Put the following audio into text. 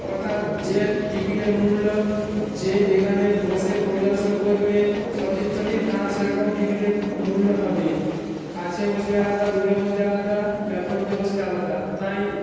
অর্থাৎ যে টিকিটের মূল্য যে যেখানে বসে পরিদর্শন করবে চলচ্চিত্রটি তার সেরকম টিকিটের মূল্য হবে কাছে বসলে আলাদা দূরে বসলে আলাদা ব্যালকনিতে বসলে আলাদা তাই